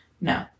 No